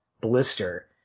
blister